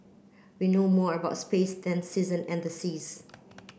we know more about space than season and the seas